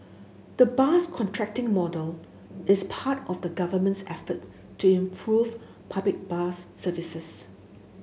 the bus contracting model is part of the Government's effort to improve public bus services